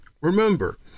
Remember